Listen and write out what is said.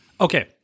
Okay